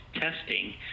testing